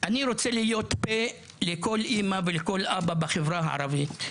אני רוצה להיות פה לכל אמא ואבא בחברה הערבית,